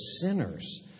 sinners